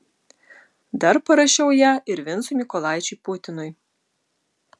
dar parašiau ją ir vincui mykolaičiui putinui